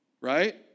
right